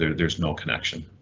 there's there's no connection.